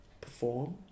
perform